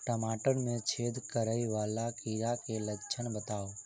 टमाटर मे छेद करै वला कीड़ा केँ लक्षण बताउ?